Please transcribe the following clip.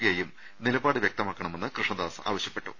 ഐയും നിലപാട് വ്യക്തമാക്കണമെന്ന് ക്വഷ്ണദാസ് ആവശ്യപ്പെട്ടു